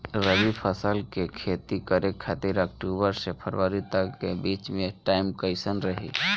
रबी फसल के खेती करे खातिर अक्तूबर से फरवरी तक के बीच मे टाइम कैसन रही?